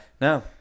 no